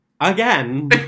again